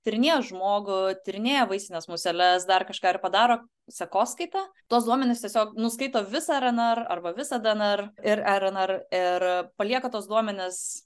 tyrinėja žmogų tyrinėja vaisines museles dar kažką ir padaro sekoskaitą tuos duomenis tiesiog nuskaito visą rnr arba visą dnr ir rnr ir palieka tuos duomenis